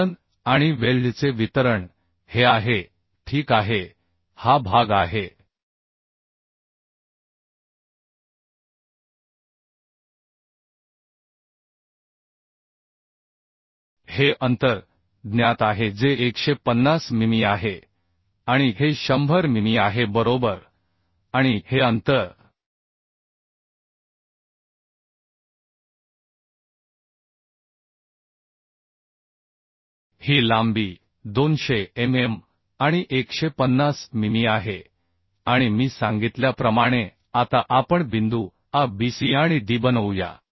Newton आणि वेल्डचे वितरण हे आहे ठीक आहे हा भाग आहे हे अंतर ज्ञात आहे जे 150 मिमी आहे आणि हे 100 मिमी आहे बरोबर आणि हे अंतर ही लांबी 200 mm आणि 150 मिमी आहे आणि मी सांगितल्याप्रमाणे आता आपण बिंदू A B Cआणि Dबनवूया